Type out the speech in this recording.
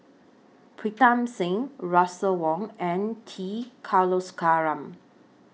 Pritam Singh Russel Wong and T Kulasekaram